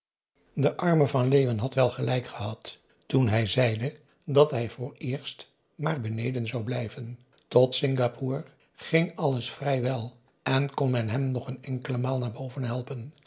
de arme van leeuwen had wel gelijk gehad toen hij zeide dat hij vooreerst maar beneden zou blijven tot singapore ging alles vrij wel en kon men hem nog n enkele maal naar boven helpen